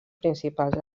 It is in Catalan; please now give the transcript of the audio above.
principals